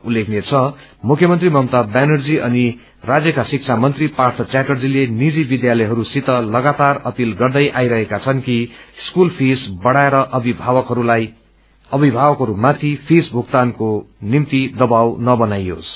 उस्लेखनीय छ मुख्यमन्त्री ममता ब्यानर्जी अनि राज्यका शिक्षा मन्त्री पार्य ष्याटर्जीले निजी विद्यालयहस्वसित लगातार अपील गर्दै आइरहेका छन् कि स्कूल फीस बढ़ाएर अभिभावकहरू माथि फीस भुक्तानको निम्ति दबाव नबनाइयोस्